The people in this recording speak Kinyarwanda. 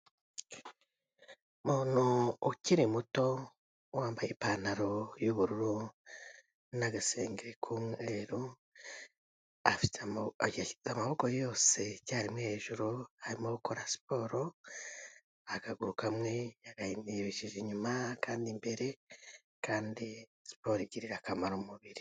Umuntu ukiri muto wambaye ipantaro y'ubururu n'agasengeri k'umweru, yashyize amaboko yose icyarimwe hejuru arimo gukora siporo, akaguru kamwe yakarebesheje inyuma akandi imbere kandi siporo igirira akamaro umubiri.